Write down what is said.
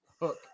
Hook